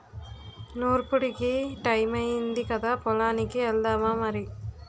నూర్పుడికి టయమయ్యింది కదా పొలానికి ఎల్దామా మరి